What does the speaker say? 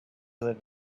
live